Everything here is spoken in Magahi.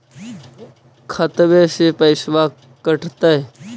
खतबे से पैसबा कटतय?